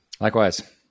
Likewise